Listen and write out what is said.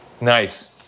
Nice